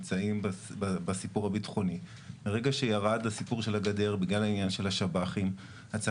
אני רוצה לסיפור של הצבא.